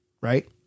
right